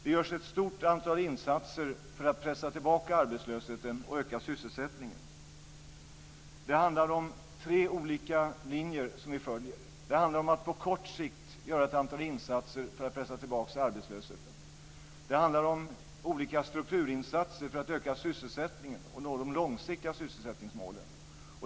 Det görs ett stort antal insatser att pressa tillbaka arbetslösheten och öka sysselsättningen. Det handlar om tre olika linjer som vi följer. Det handlar om att på kort sikt göra ett antal insatser för att pressa tillbaka arbetslösheten. Det handlar om olika strukturinsatser för att öka sysselsättningen och nå de långsiktiga sysselsättningsmålen.